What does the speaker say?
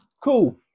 Cool